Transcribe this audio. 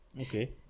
okay